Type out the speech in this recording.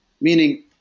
Meaning